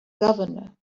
governor